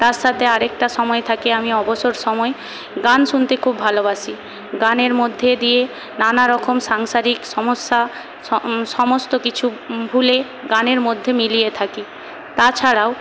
তার সাথে আরেকটা সময় থাকে আমি অবসর সময় গান শুনতে খুব ভালোবাসি গানের মধ্যে দিয়ে নানারকম সাংসারিক সমস্যা সমস্ত কিছু ভুলে গানের মধ্যে মিলিয়ে থাকি তাছাড়াও